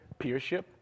peership